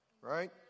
right